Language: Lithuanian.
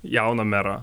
jauno mero